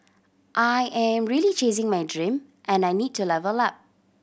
I am really chasing my dream and I need to level up